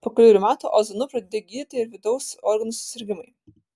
po kelerių metų ozonu pradėti gydyti ir vidaus organų susirgimai